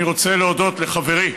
אני רוצה להודות לחברי,